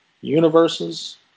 universes